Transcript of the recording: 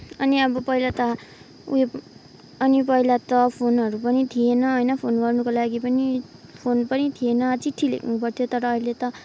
अनि अब पहिला त ऊ यो अनि पहिला त फोनहरू पनि थिएन होइन फोन गर्नुको लागि पनि फोन पनि थिएन चिठी लेख्नु पर्थ्यो तर अहिले त